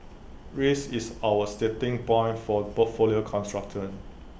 risk is our starting point for portfolio construction